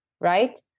right